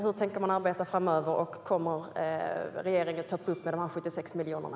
Hur tänker man arbeta framöver, och kommer regeringen att trappa upp med de 76 miljonerna?